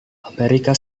amerika